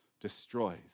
destroys